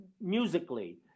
musically